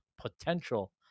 potential